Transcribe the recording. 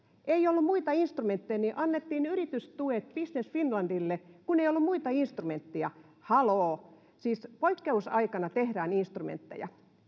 ei ollut muita instrumentteja niin annettiin yritystuet business finlandille kun ei ollut muita instrumentteja haloo siis poikkeusaikana tehdään instrumentteja